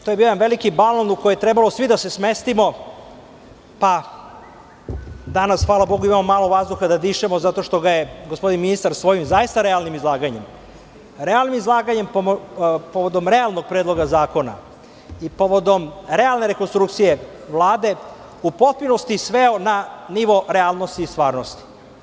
To je bio jedan veliki balon u koji je trebalo svi da se smestimo, pa danas, hvala Bogu, ima malo vazduha da dišemo, zato što ga je gospodin ministar svojim zaista realnim izlaganjem, povodom realnog Predloga zakona i povodom realne rekonstrukcije Vlade, u potpunosti sveo na nivo realnosti i stvarnosti.